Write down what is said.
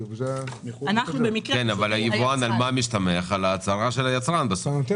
אבל היבואן מסתמך על הצהרה של היצרן,